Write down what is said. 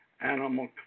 animal